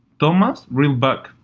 thomas reeled back,